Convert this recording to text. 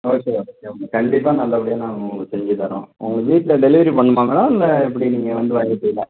okay okay ma'am கண்டிப்பாக நல்லபடியாக நான் உங்களுக்கு செஞ்சுத் தரோம் உங்கள் வீட்டில் டெலிவரி பண்ணணுமா மேடம் இல்லை எப்படி நீங்கள் வந்து வாங்கிப்பீங்களா